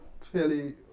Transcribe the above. fairly